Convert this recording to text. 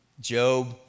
Job